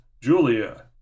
Julia